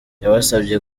yabasabye